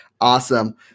Awesome